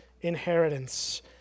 inheritance